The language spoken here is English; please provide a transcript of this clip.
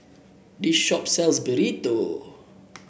this shop sells Burrito